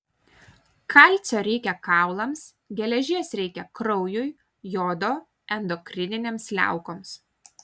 kalcio reikia kaulams geležies reikia kraujui jodo endokrininėms liaukoms